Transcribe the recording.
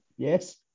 Yes